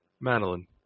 Madeline